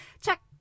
check